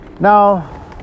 Now